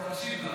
אני מקשיב לך.